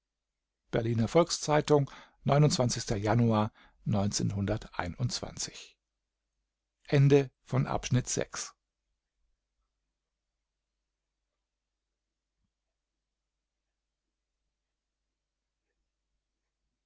berliner volks-zeitung januar